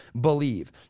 believe